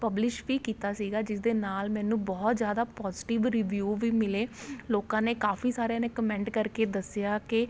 publish ਵੀ ਕੀਤਾ ਸੀਗਾ ਜਿਸਦੇ ਨਾਲ ਮੈਨੂੰ ਬਹੁਤ ਜ਼ਿਆਦਾ ਪੋਜੀਟਿਵ ਰਿਵਿਊ ਵੀ ਮਿਲੇ ਲੋਕਾਂ ਨੇ ਕਾਫੀ ਸਾਰਿਆਂ ਨੇ ਕਮੈਂਟ ਕਰਕੇ ਦੱਸਿਆ ਕਿ